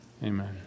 Amen